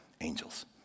angels